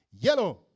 Yellow